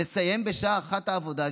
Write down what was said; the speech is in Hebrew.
לסיים בשעה 13:00 את העבודה,